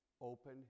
open